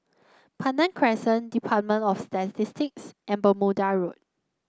Pandan Crescent Department of Statistics and Bermuda Road